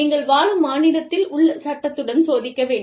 நீங்கள் வாழும் மாநிலத்தில் உள்ள சட்டத்துடன் சோதிக்க வேண்டும்